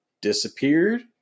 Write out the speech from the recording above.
disappeared